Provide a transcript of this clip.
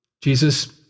Jesus